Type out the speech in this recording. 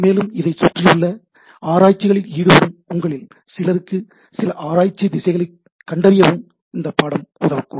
மேலும் இதைச் சுற்றியுள்ள ஆராய்ச்சிகளில் ஈடுபடும் உங்களில் சிலருக்கு சில ஆராய்ச்சி திசைகளைக் கண்டறியவும் இந்தப் பாடம் உதவக்கூடும்